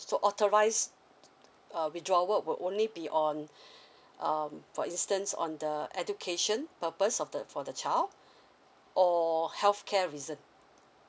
so authorise uh withdrawal were only be on um for instance on the education purpose of the for the child or health care reason